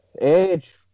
Edge